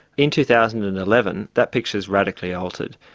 in two thousand and eleven, that picture's radically altered.